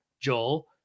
Joel